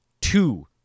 Two